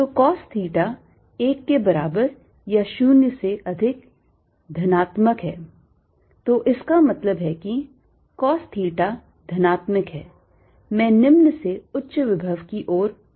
तो cos theta 1 के बराबर या 0 से अधिक धनात्मक है तो इसका मतलब है कि कोस थीटा धनात्मक है मैं निम्न से उच्च विभव की ओर बढ़ रहा हूं